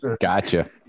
gotcha